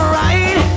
right